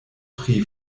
pri